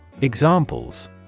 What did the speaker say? Examples